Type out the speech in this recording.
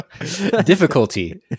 Difficulty